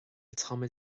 táimid